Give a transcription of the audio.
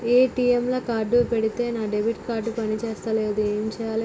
ATM లా card పెడితే నా డెబిట్ కార్డ్ పని చేస్తలేదు ఏం చేయాలే?